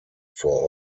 vor